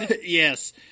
Yes